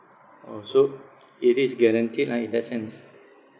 orh so it is guaranteed lah in that sense